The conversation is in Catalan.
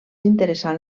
interessant